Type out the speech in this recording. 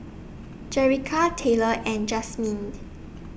Jerica Tyler and Jasmyne